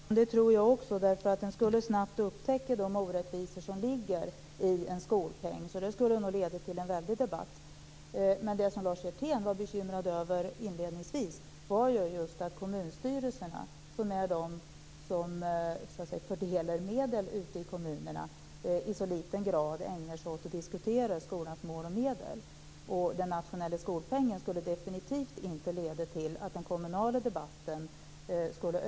Fru talman! Det tror jag också, därför att man skulle snabbt upptäcka de orättvisor som ligger i en skolpeng. Det skulle nog leda till en väldig debatt. Det som Lars Hjertén inledningsvis var bekymrad över var just att kommunstyrelserna, som är de som fördelar medel ute i kommunerna, i så liten utsträckning ägnar sig åt att diskutera skolans mål och medel. Den nationella skolpengen skulle definitivt inte leda till att den kommunala debatten ökade.